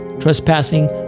trespassing